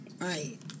Right